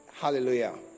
Hallelujah